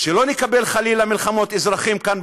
שלא נקבל חלילה מלחמות אזרחים כאן,